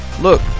Look